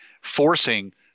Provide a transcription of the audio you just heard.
forcing